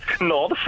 No